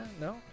no